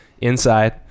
inside